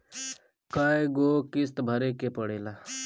कय गो किस्त भरे के पड़ेला?